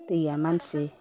दैया मानसि